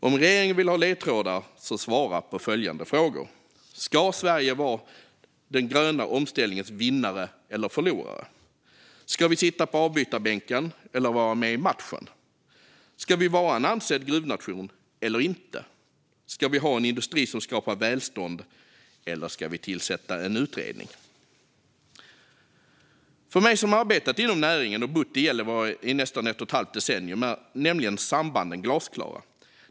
Om regeringen vill ha ledtrådar, svara på följande frågor: Ska Sverige vara den gröna omställningens vinnare eller förlorare? Ska vi sitta på avbytarbänken eller vara med i matchen? Ska vi vara en ansedd gruvnation eller inte? Ska vi ha en industri som skapar välstånd, eller ska vi tillsätta en utredning? För mig som arbetat inom näringen och bott i Gällivare i nästan ett och ett halvt decennium är sambanden nämligen glasklara.